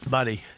Buddy